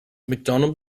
macdonald